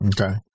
Okay